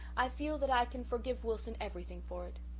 i feel that i can forgive wilson everything for it.